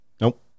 Nope